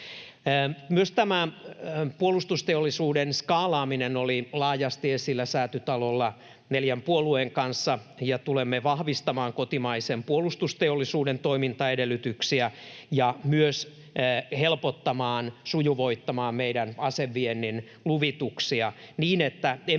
Myös puolustusteollisuuden skaalaaminen oli laajasti esillä Säätytalolla neljän puolueen kanssa. Tulemme vahvistamaan kotimaisen puolustusteollisuuden toimintaedellytyksiä ja myös helpottamaan, sujuvoittamaan meidän aseviennin luvituksia niin, että emme